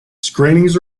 screenings